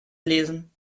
lesen